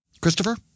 Christopher